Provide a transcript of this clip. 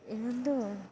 ಇನ್ನೊಂದು